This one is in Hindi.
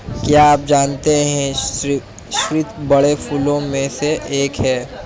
क्या आप जानते है स्रीवत बड़े फूलों में से एक है